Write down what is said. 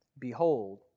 Behold